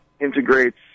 integrates